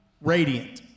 radiant